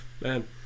Man